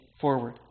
forward